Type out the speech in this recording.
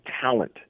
talent